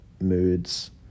Moods